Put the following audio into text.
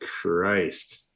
Christ